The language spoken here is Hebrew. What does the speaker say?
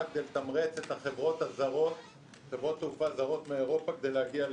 כדי לתמרץ את חברות התעופה הזרות מאירופה כדי להגיע לאילת.